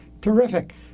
Terrific